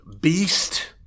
beast